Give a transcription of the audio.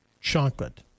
chocolate